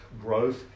growth